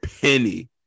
penny